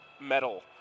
medal